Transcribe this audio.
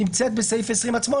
נמצאת בסעיף 20 עצמו,